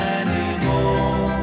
anymore